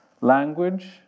language